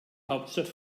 hauptstadt